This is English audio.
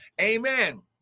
Amen